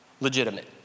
Legitimate